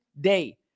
day